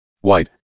white